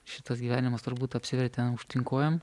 šitas gyvenimas turbūt apsivertė aukštyn kojom